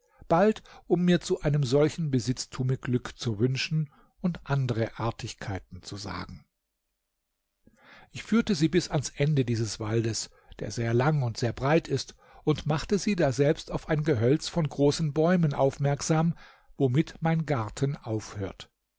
bald um mir zu einem solchen besitztume glück zu wünschen und andere artigkeiten zu sagen ich führte sie bis ans ende dieses waldes der sehr lang und sehr breit ist und machte sie daselbst auf ein gehölz von großen bäumen aufmerksam womit mein garten aufhört